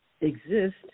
exist